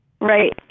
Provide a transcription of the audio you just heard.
Right